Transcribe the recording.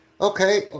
okay